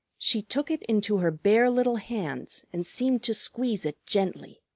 she took it into her bare little hands and seemed to squeeze it gently.